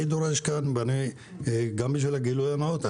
אני דורש כאן בשביל הגילוי הנאות,